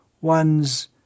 one's